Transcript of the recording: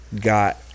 got